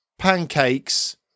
Pancakes